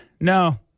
no